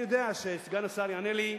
אני יודע שסגן השר יענה לי,